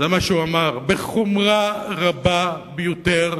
זה מה שהוא אמר, בחומרה רבה ביותר,